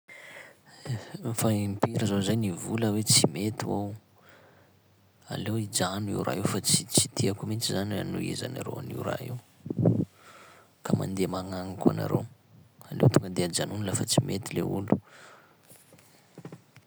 Fa impiry zaho zay nivola hoe tsy mety ho aho, aleo ijano io raha io fa tsy- tsy tiako mihitsy zany anohizanareo an'io raha io, ka mandeha magnagny koa nareo, aleo tonga de ajanony lafa tsy mety le olo.